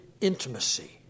intimacy